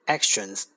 Actions